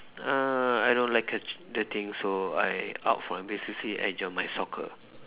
uh I don't like the thing so I out for N_P_C_C and join my soccer